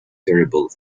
terrible